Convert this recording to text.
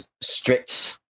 strict